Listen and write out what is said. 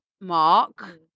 mark